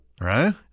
Right